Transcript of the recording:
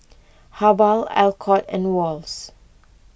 Habhal Alcott and Wall's